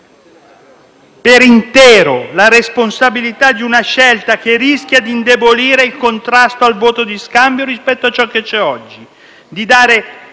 per intero, la responsabilità di una scelta che rischia di indebolire il contrasto al voto di scambio rispetto a ciò che c'è oggi e di dare